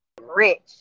rich